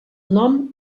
nom